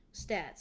stats